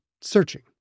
searching